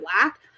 black